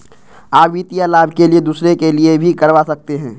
आ वित्तीय लाभ के लिए दूसरे के लिए भी करवा सकते हैं?